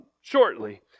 shortly